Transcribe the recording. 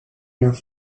enough